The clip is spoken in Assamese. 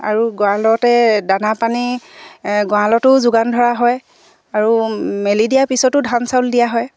আৰু গঁৰালতে দানা পানী গঁৰালতো যোগান ধৰা হয় আৰু মেলি দিয়া পিছতো ধান চাউল দিয়া হয়